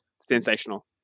Sensational